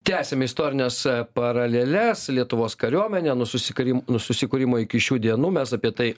tęsiame istorines paraleles lietuvos kariuomenė nuo susikari nuo susikūrimo iki šių dienų mes apie tai